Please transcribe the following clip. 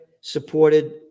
supported